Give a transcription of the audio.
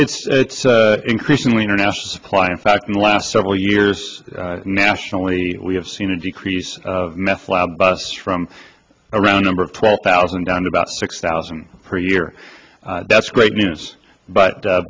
says it's increasingly international supply in fact in the last several years nationally we have seen a decrease of meth lab us from around number of twelve thousand down to about six thousand per year that's great news but